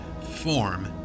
form